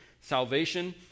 salvation